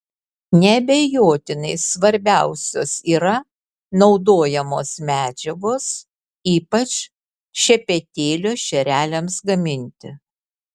neabejotinai svarbiausios yra naudojamos medžiagos ypač šepetėlio šereliams gaminti